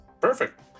Perfect